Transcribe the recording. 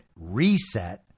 Reset